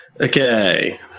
Okay